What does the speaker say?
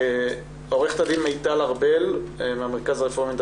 עורכת הדין מיטל ארבל מהמרכז הרפורמי לדת